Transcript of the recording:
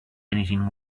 anything